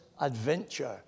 adventure